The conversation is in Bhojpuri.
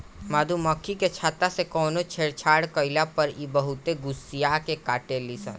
मधुमखी के छत्ता से कवनो छेड़छाड़ कईला पर इ बहुते गुस्सिया के काटेली सन